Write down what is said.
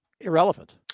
irrelevant